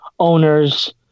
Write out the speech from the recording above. Owners